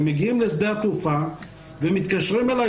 הם מגיעים לשדה התעופה ומתקשרים אליי